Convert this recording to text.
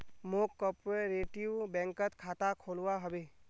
मौक कॉपरेटिव बैंकत खाता खोलवा हबे